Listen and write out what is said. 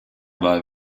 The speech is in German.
war